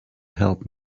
help